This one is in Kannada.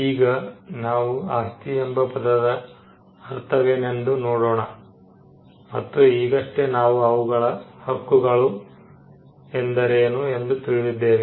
ಈಗ ನಾವು ಆಸ್ತಿ ಎಂಬ ಪದದ ಅರ್ಥವೇನೆಂದು ನೋಡೋಣ ಮತ್ತು ಈಗಷ್ಟೇ ನಾವು ಅವುಗಳ ಹಕ್ಕುಗಳು ಎಂದರೇನು ಎಂದು ತಿಳಿದಿದ್ದೇವೆ